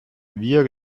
wir